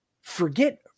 forget